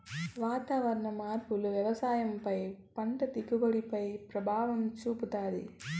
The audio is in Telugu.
వాతావరణ మార్పు వ్యవసాయం పై పంట దిగుబడి పై ప్రభావం చూపుతాది